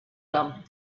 them